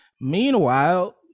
Meanwhile